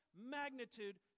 magnitude